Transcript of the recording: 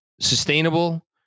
sustainable